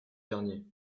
dernier